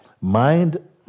Mind